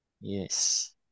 Yes